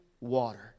water